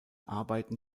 arbeiten